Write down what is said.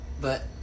but-